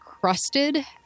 crusted